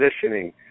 positioning